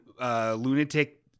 lunatic